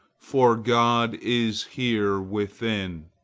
for god is here within.